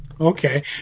okay